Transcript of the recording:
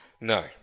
No